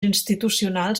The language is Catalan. institucionals